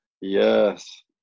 Yes